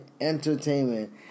entertainment